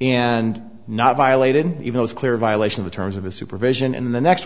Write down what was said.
and not violated even his clear violation of the terms of his supervision and the next